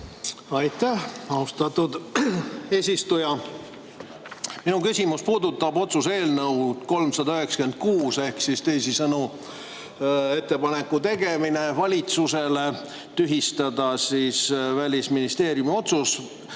Aitäh, austatud eesistuja! Minu küsimus puudutab otsuse eelnõu 396 ehk teisisõnu ettepaneku tegemist valitsusele tühistada Välisministeeriumi otsus